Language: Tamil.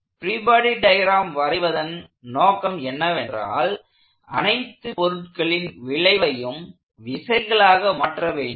ஃப்ரீ பாடி டயக்ராம் வரைவதன் நோக்கம் என்னவென்றால் அனைத்து பொருட்களின் விளைவையும் விசைகளாக மாற்றவேண்டும்